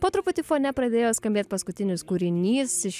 po truputį fone pradėjo skambėt paskutinis kūrinys iš